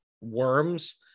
worms